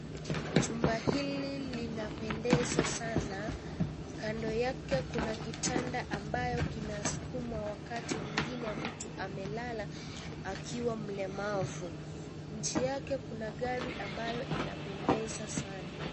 Chumba hili linapendeza sana kando yake kuna kitanda ambayo kinasukumwa wakati mwingine mtu amelala akiwa mlemavu, nje yake kuna gari ambayo inapendeza sana